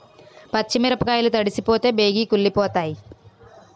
పచ్చి మిరపకాయలు తడిసిపోతే బేగి కుళ్ళిపోతాయి